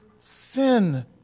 sin